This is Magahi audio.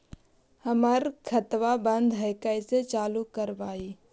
हमर खतवा बंद है कैसे चालु करवाई?